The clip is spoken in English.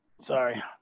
sorry